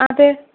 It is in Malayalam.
അതെ